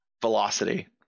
Velocity